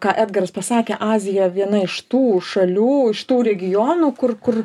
ką edgaras pasakė azija viena iš tų šalių iš tų regionų kur kur